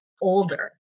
older